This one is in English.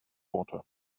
water